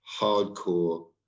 hardcore